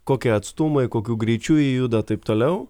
kokie atstumai kokiu greičiu jie juda taip toliau